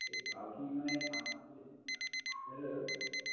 এই শ্বালখিনি মানে এই ঠাণ্ডাদিনত হেল্ল'